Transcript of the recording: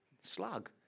slug